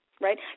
right